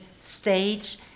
stage